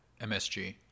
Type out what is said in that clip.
MSG